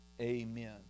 amen